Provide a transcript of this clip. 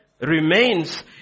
remains